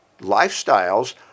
lifestyles